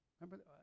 Remember